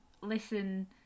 listen